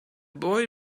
boy